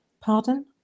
pardon